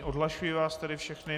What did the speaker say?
Odhlašuji vás tedy všechny.